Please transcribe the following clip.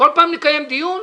כל פעם נקיים דיון?